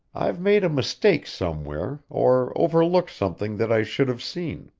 i've made a mistake somewhere, or overlooked something that i should have seen.